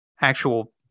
actual